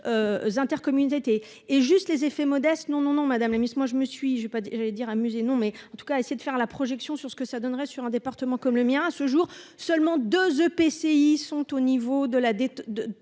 intercommunalités et juste les effets modestes, non, non, non, madame, les Miss, moi je me suis j'ai pas j'allais dire un musée non mais en tout cas, essayer de faire la projection sur ce que ça donnerait sur un département comme le mien, à ce jour, seulement 2 EPCI sont au niveau de la dette de